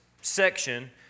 section